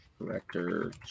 Director